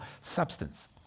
substance